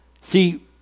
See